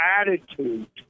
attitude